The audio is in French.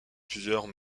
plusieurs